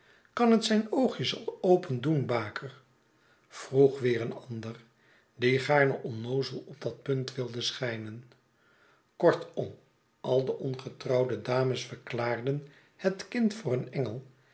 kan het zijn oogjes al open doen baker vroeg weer een ander die gaarne onnoozel op dat punt wilde schijnen kortom al de ongetrouwde dames verklaarden het kind voor een engel